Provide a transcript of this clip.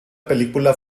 película